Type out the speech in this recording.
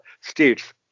states